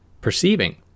perceiving